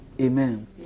Amen